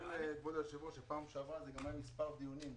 אזכיר לכבוד היושב-ראש שבפעם שעברה זה נמשך בכמה דיונים,